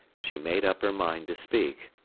she made up her mind to speak.